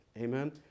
Amen